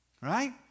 Right